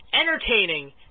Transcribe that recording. entertaining